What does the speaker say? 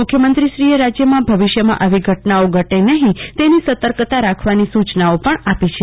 મુખ્યમંત્રીશ્રીએ રાજ્યમાં ભવિષ્યમાં આવી ઘટનાઓ ઘટે નહિ તેની સતર્કતા રાખવાની સૂચનાઓ પણ આપી છે